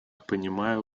понимаю